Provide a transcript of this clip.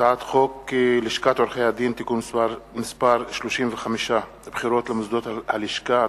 הצעת חוק לשכת עורכי-הדין (תיקון מס' 35) (בחירות למוסדות הלשכה),